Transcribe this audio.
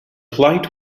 plight